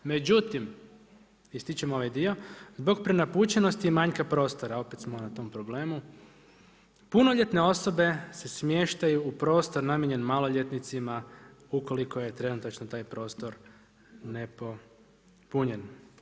Međutim, ističem ovaj dio, zbog prenapučenosti i manjka prostora, opet smo na tom problemu, punoljetne osobe se smještaju u prostor namijenjen maloljetnicima ukoliko je trenutačno taj prostor nepopunjen.